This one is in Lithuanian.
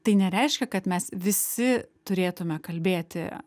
tai nereiškia kad mes visi turėtume kalbėti